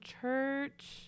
church